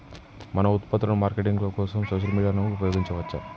మన ఉత్పత్తుల మార్కెటింగ్ కోసం సోషల్ మీడియాను ఉపయోగించవచ్చా?